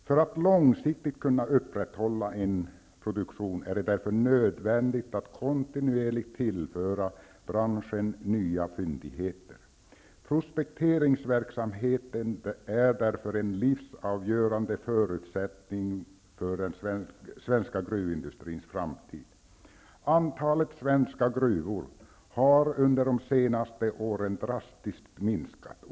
För att långsiktigt kunna upprätthålla en produktion är det därför nödvändigt att kontinuerligt tillföra branschen nya fyndigheter. Prospekteringsverksamheten är därför en livsavgörande förutsättning för den svenska gruvindustrins framtid. Antalet svenska gruvor har under de senaste åren drastiskt minskat.